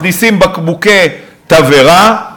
מכניסים בקבוקי תבערה,